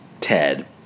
Ted